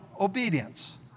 obedience